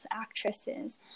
actresses